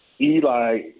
Eli